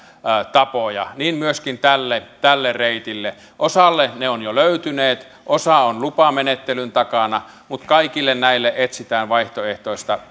tapoja niin myöskin tälle tälle reitille osalle ne ovat jo löytyneet osa on lupamenettelyn takana mutta kaikille näille etsitään vaihtoehtoiset